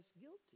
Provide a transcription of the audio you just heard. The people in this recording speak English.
guilty